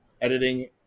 editing